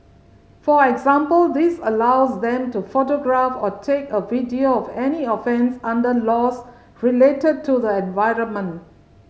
for example this allows them to photograph or take a video of any offence under laws related to the environment